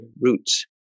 roots